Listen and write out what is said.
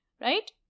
Right